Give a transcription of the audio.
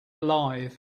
alive